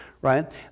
Right